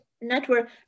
Network